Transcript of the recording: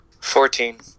Fourteen